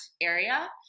area